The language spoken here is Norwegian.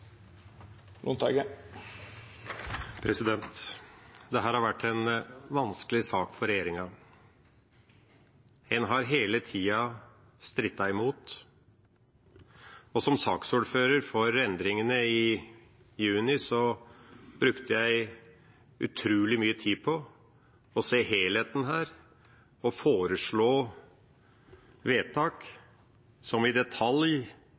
har vært en vanskelig sak for regjeringa, en har hele tida strittet imot. Som saksordfører for endringene i juni brukte jeg utrolig mye tid på å se helheten her og foreslå vedtak som i detalj